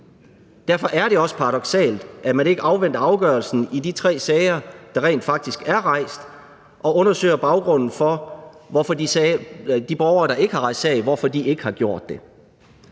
Derfor er det også paradoksalt, at man ikke afventer afgørelsen i de tre sager, der rent faktisk er rejst, og undersøger baggrunden for, hvorfor de borgere, der ikke har rejst sag, ikke har gjort det.